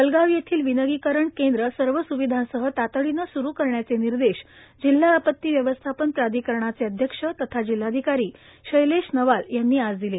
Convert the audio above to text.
वलगाव येथील विलगीकरण केंद्र सर्व स्विधांसह तातडीने सुरू करण्याचे निर्रोश जिल्हा आपती व्यवस्थापन प्राधिकरणाचे अध्यक्ष तथा जिल्हाधिकारी शैलेश नवाल यांनी आज पिले